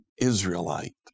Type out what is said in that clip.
Israelite